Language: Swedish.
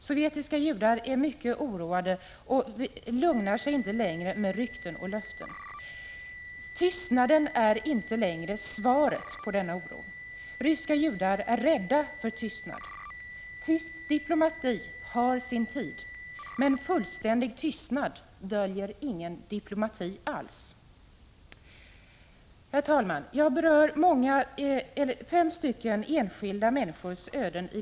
Sovjetiska judar är mycket oroade, och de blir inte längre lugnade av rykten och löften. Tystnaden är inte längre svaret på deras oro. Ryska judar är rädda för tystnad. Tyst diplomati har sin tid, men fullständig tystnad döljer att det inte finns någon diplomati alls. Herr talman! Jag har i min interpellation berört några enskilda människors öden.